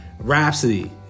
rhapsody